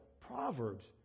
Proverbs